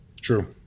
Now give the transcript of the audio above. True